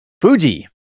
fuji